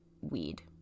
weed